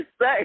say